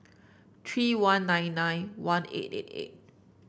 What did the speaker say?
three one nine nine one eight eight eight